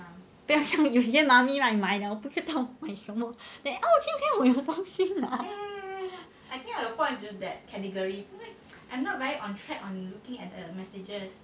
不要像有些 mummy lah 不知道买什么 eh 今天我有东西拿